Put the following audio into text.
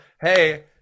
Hey